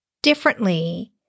differently